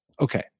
Okay